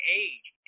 age